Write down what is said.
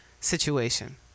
situation